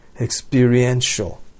experiential